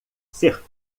ser